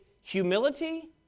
humility